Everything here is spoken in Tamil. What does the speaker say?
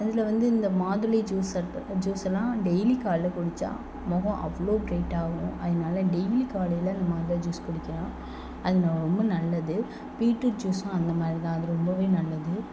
அதில் வந்து இந்த மாதுளை ஜூஸ் சர்பத் ஜூஸ் எல்லாம் டெய்லி காலைல குடிச்சா முகம் அவ்வளோ பிரைட்டாக ஆகும் அதனால் டெய்லி காலையில நம்ம வந்து ஜூஸ் குடிக்கலாம் அது ரொம்ப நல்லது பீட்ரூட் ஜூஸ்ஸும் அந்தமாதிரிதான் அது ரொம்பவே நல்லது